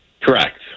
Correct